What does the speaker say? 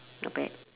not bad